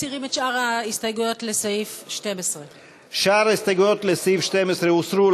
מסירים את שאר ההסתייגויות לסעיף 12. שאר ההסתייגויות לסעיף 12 הוסרו.